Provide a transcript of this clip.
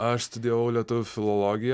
aš studijavau lietuvių filologiją